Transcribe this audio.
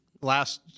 Last